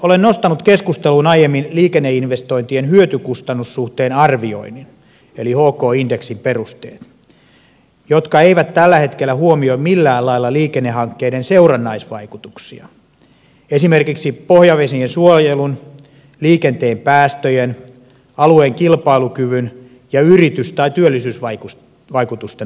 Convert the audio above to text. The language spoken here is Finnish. olen nostanut keskusteluun aiemmin liikenneinvestointien hyötykustannus suhteen arvioinnin eli hk indeksin perusteet jotka eivät tällä hetkellä huomioi millään lailla liikennehankkeiden seurannaisvaikutuksia esimerkiksi pohjavesien suojelun liikenteen päästöjen alueen kilpailukyvyn ja yritys tai työllisyysvaikutusten osalta